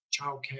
Childcare